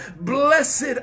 Blessed